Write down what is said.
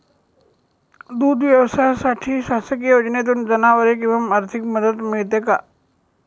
दूध व्यवसायासाठी शासकीय योजनेतून जनावरे किंवा आर्थिक मदत मिळते का?